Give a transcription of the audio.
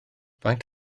faint